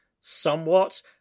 somewhat